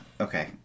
okay